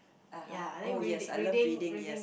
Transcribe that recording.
(uh huh) oh yes I love reading yes